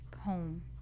home